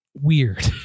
weird